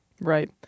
Right